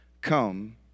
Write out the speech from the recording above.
Come